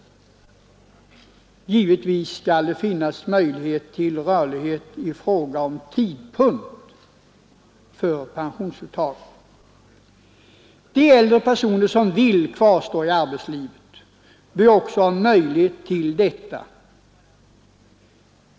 Givetvis skall det finnas möjlighet till rörlighet i fråga om tidpunkten för pensionsuttag. De äldre personer som vill kvarstå i arbetslivet bör också ha möjlighet till detta.